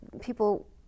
People